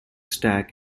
stack